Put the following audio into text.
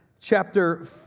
chapter